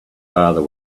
father